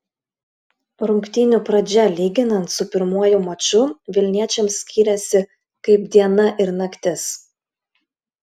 rungtynių pradžia lyginant su pirmuoju maču vilniečiams skyrėsi kaip diena ir naktis